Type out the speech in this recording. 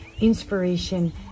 inspiration